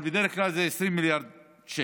אבל בדרך כלל זה 20 מיליארד שקל.